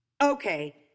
Okay